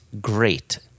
Great